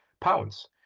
pounds